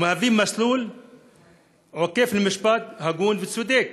ומהווה מסלול עוקף למשפט הגון וצודק.